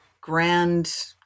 grand